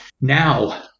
now